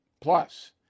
Plus